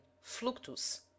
fluctus